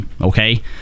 Okay